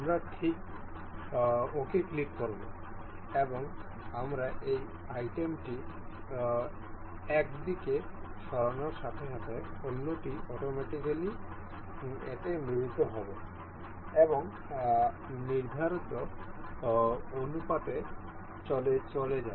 আমরা ঠিক আছে ক্লিক করব এবং আমরা এই আইটেমটি এক দিকে সরানোর সাথে সাথে অন্যটি অটোমেটিকালি এতে মিলিত হয় এবং নির্ধারিত অনুপাতে চলে যায়